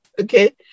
Okay